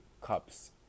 cups